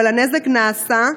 אבל הנזק נעשה,